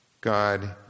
God